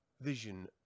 vision